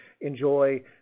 enjoy